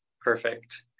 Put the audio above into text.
Perfect